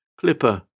Clipper